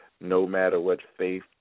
no-matter-what-faith